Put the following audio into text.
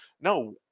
No